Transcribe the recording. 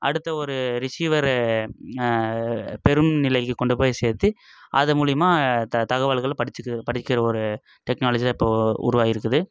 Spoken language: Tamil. அடுத்த ஒரு ரிசீவர் பெரும் நிலைக்கு கொண்டு போய் சேர்த்து அது மூலிமா த தகவல்களை படித்து படிக்கிற ஒரு டெக்னாலஜியாக இப்போது உருவாகியிருக்குது